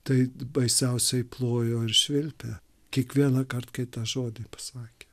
tai baisiausiai plojo ir švilpė kiekvienąkart kai tą žodį pasakė